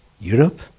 Europe